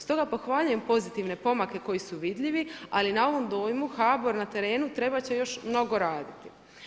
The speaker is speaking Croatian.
Stoga pohvaljujem pozitivne pomake koji su vidljivi, ali na ovom dojmu HBOR na terenu trebat će još mnogo raditi.